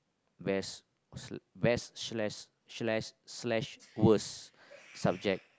best sl~ best slash slash slash worst subject